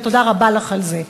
ותודה רבה לך על זה.